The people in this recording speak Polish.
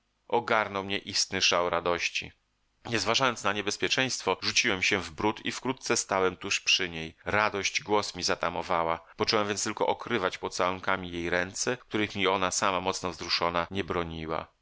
ogarnął mnie istny szał radości nie zważając na niebezpieczeństwo rzuciłem się w bród i wkrótce stałem tuż przy niej radość głos mi zatamowała począłem więc tylko okrywać pocałunkami jej ręce których mi ona sama mocno wzruszona nie broniła